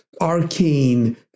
arcane